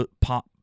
pop